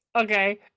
Okay